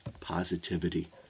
positivity